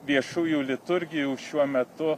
viešųjų liturgijų šiuo metu